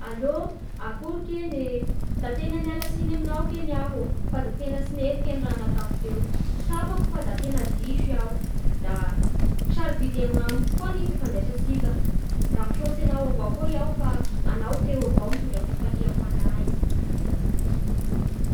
Allô, akory kegny e. Da tegna mialatsiny aminao kegny aho fa da tena tsy nety raha nataoko teo, tsapako fa da tegna diso aho, da sarobidy anamiko koa ny fifandraisantsika. Da misaotsy anao avao koa aho fa anao teo avao nitondra fifalia ho anahy